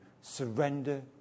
surrender